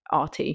RT